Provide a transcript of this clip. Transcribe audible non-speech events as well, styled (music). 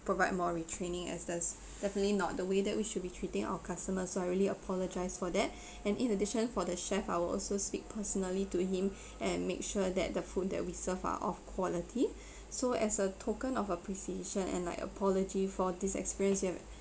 provide more retraining as that's definitely not the way that we should be treating our customers so I really apologise for that (breath) and in addition for the chef I will also speak personally to him (breath) and make sure that the food that we serve are of quality (breath) so as a token of appreciation and like apology for this experience you have